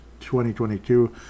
2022